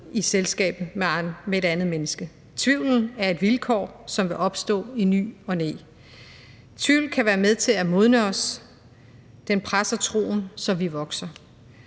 i selskab med et andet menneske. Tvivlen er et vilkår, som vil opstå i ny og næ. Tvivl kan være med til at modne os; den presser troen, så vi vokser.